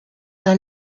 dans